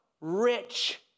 rich